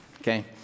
okay